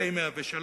פ/103,